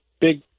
big